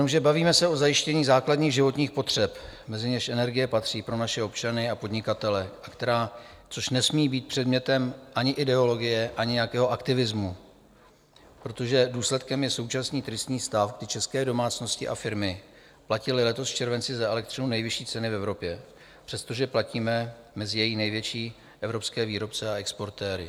Jenomže bavíme se o zajištění základních životních potřeb, mezi něž energie patří, pro naše občany a podnikatele, což nesmí být předmětem ani ideologie, ani nějakého aktivismu, protože důsledkem je současný tristní stav, kdy české domácnosti a firmy platily letos v červenci za elektřinu nejvyšší ceny v Evropě, přestože platíme mezi její největší evropské výrobce a exportéry.